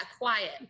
quiet